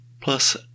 Plus